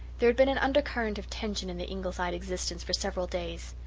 there had been an undercurrent of tension in the ingleside existence for several days.